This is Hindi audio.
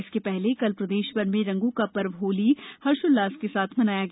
इसके पहले कल प्रदेशभर में रंगों का पर्व होली हर्ष उल्लास के साथ मनाया गया